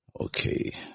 Okay